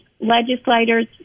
legislators